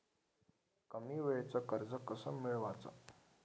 कमी वेळचं कर्ज कस मिळवाचं?